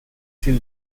viel